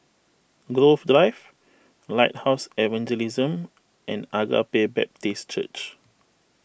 Grove Drive Lighthouse Evangelism and Agape Baptist Church